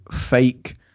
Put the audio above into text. fake